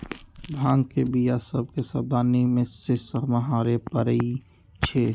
भांग के बीया सभ के सावधानी से सम्हारे परइ छै